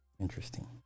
Interesting